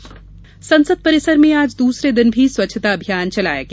स्वच्छता अभियान संसद परिसर में आज दूसरे दिन भी स्वच्छता अभियान चलाया गया